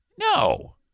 No